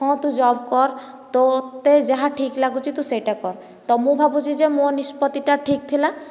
ହଁ ତୁ ଜବ କର ତୋତେ ଯାହା ଠିକ ଲାଗୁଛି ତୁ ସେଇଟା କର ତ ମୁଁ ଭାବୁଛି ଯେ ମୋ ନିଷ୍ପତି ଟା ଠିକ ଥିଲା